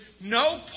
no